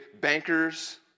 bankers